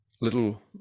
little